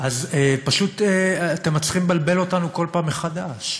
פשוט אתם מצליחים לבלבל אותנו כל פעם מחדש.